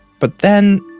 but then,